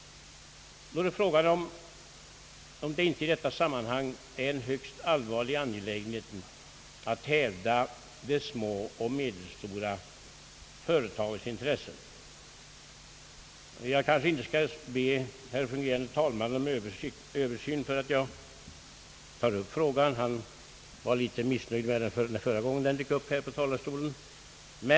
Då är frågan om det inte i detta sammanhang är en högst allvarlig angelägenhet att hävda de små och medelstora företagens intressen. Jag kanske skall be herr fungerande talmannen om överseende med att jag tar upp frågan. Han var litet missnöjd förra gången den berördes här från talarstolen.